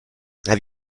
have